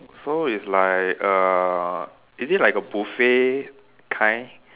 so it's like uh is it like a buffet kind